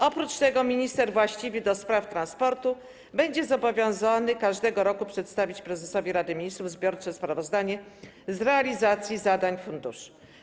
Oprócz tego minister właściwy do spraw transportu będzie zobowiązany każdego roku przedstawić prezesowi Rady Ministrów zbiorcze sprawozdanie z realizacji zadań funduszu.